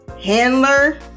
handler